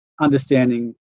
understanding